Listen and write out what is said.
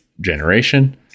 generation